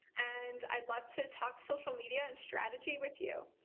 and i'd love to talk social media and strategy with you.